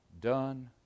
done